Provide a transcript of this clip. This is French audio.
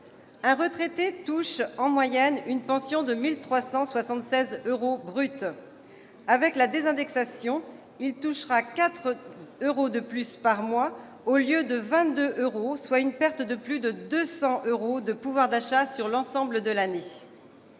Un retraité touche en moyenne une pension de 1 376 euros brut. Avec la désindexation, il touchera 4 euros de plus par mois au lieu de 22 euros, soit une perte de plus de 200 euros de pouvoir d'achat sur l'ensemble de l'année.